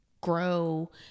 grow